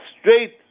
straight